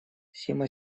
сима